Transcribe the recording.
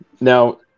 now